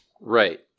Right